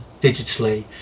digitally